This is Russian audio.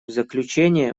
заключение